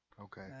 Okay